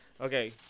Okay